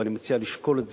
ואני מציע לשקול,